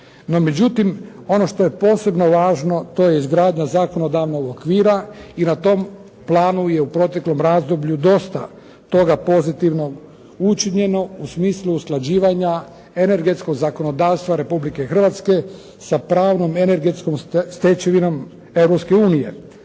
međutim, ono što je posebno važno to je izgradnja zakonodavnog okvira i na tom planu je u proteklom razdoblju dosta toga pozitivno učinjeno u smislu usklađivanja energetskog zakonodavstva Republike Hrvatske sa pravnom energetskom stečevinom